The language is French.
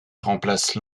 remplace